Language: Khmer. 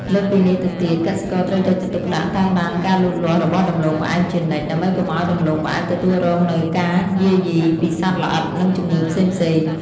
លើសពីនេះទៅទៀត កសិករត្រូវយកចិត្តទុកដាក់តាមដានការលូតលាស់របស់ដំឡូងផ្អែមជានិច្ច ដើម្បីកុំឱ្យដំឡូងផ្អែមទទួលរងនូវការយាយីពីសត្វល្អិត និងជំងឺផ្សេងៗ។